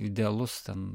idealus ten